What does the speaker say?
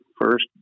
first